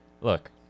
Look